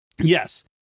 Yes